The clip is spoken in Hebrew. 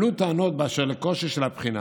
עלו טענות באשר לקושי של בחינה.